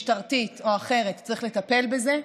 משטרתית או אחרת, צריך לטפל בזה.